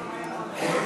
נתקבלו.